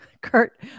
Kurt